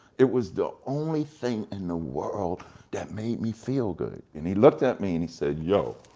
it was the only thing in the world that made me feel good. and he looked at me and he said yo,